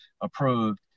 approved